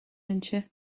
mbinse